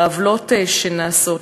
לעוולות שנעשות,